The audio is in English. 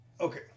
Okay